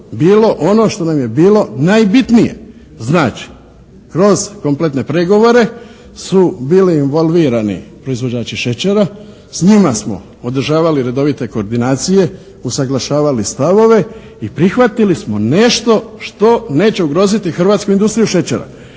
bilo ono što nam je bilo najbitnije. Znači, kroz kompletne pregovore su bili involvirani proizvođači šećera, s njima smo održavali redovite koordinacije, usuglašavali stavove i prihvatili smo nešto što neće ugroziti hrvatsku industriju šećera